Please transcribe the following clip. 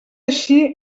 així